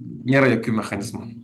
nėra jokių mechanizmų